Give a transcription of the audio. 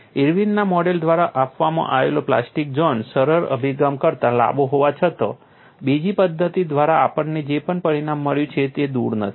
ઇર્વિનના model દ્વારા આપવામાં આવેલો પ્લાસ્ટિક ઝોન સરળ અભિગમ કરતાં લાંબો હોવા છતાં બીજી પદ્ધતિ દ્વારા આપણને જે પણ પરિણામ મળ્યું છે તે દૂર નથી